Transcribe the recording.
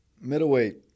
Middleweight